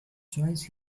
choice